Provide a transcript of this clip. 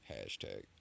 hashtag